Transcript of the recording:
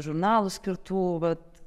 žurnalų skirtų vat